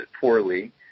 poorly